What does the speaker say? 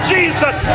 Jesus